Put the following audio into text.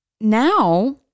now